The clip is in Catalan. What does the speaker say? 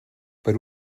per